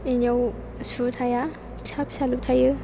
बेनियाव सु थाया फिसा फिसाल' थायो